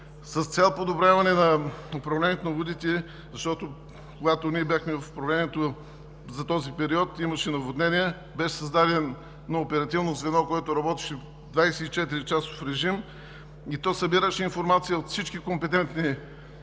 С цел подобряване на управлението на водите, защото когато ние бяхме в управлението, за този период имаше наводнения, беше създадено едно оперативно звено, което работеше на 24-часов режим, и то събираше информация от всички компетентни субекти